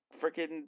Freaking